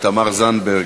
תמר זנדברג,